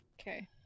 Okay